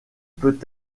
peut